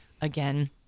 again